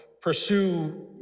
Pursue